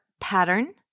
pattern